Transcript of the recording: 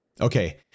Okay